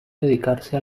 dedicarse